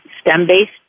STEM-based